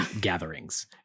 gatherings